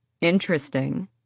interesting